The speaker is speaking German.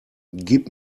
gib